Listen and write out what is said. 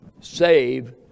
save